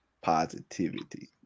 Positivity